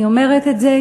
אני אומרת את זה,